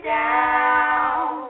down